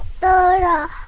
Dora